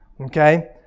okay